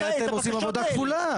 כי אתם עושים עבודה כפולה.